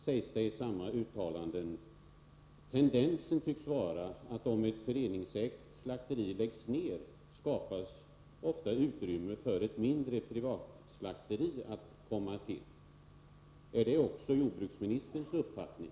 Enligt samma uttalande tycks tendensen vara att det ofta skapas utrymme för att ett mindre, privatägt slakteri kommer till stånd om ett föreningsägt slakteri läggs ned. Är det också jordbruksministerns uppfattning?